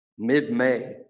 mid-May